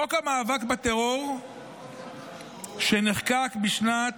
חוק המאבק בטרור שנחקק בשנת